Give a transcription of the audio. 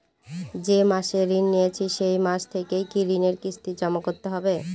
যে মাসে ঋণ নিয়েছি সেই মাস থেকেই কি ঋণের কিস্তি জমা করতে হবে?